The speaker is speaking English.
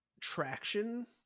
traction